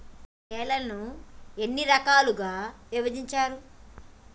నేలలను ఎన్ని రకాలుగా విభజించారు?